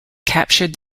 captured